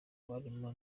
barimo